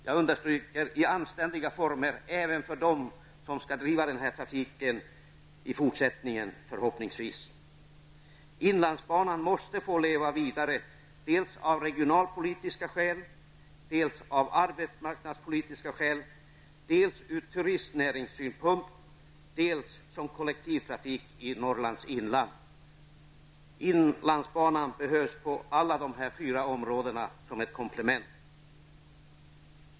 Jag understryker att det måste ske i anständiga former, även för dem som förhoppningsvis skall driva den här trafiken i fortsättningen. Inlandsbanan måste få leva vidare av regionalpolitiska skäl, av arbetsmarknadspolitiska skäl, ur turistnäringssynpunkt och som kollektivtrafik i Norrlands inland. Inlandsbanan behövs på alla dessa fyra områden som ett komplement.